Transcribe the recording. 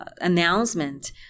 announcement